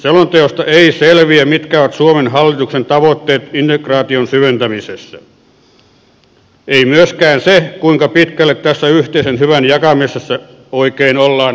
selonteosta ei selviä mitkä ovat suomen hallituksen tavoitteet integraa tion syventämisessä ei myöskään se kuinka pitkälle tässä yhteisen hyvän jakamisessa oikein ollaan menossa